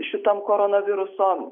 šitam koronaviruso